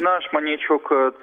na aš manyčiau kad